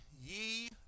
ye